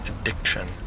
addiction